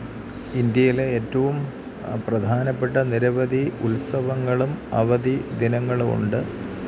ഇന്ഡ്യയിലെ ഏറ്റവും പ്രധാനപ്പെട്ട നിരവധി ഉത്സവങ്ങളും അവധി ദിനങ്ങളുമുണ്ട്